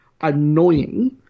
annoying